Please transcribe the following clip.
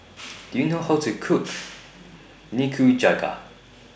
Do YOU know How to Cook Nikujaga